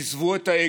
עזבו את האגו.